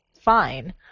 fine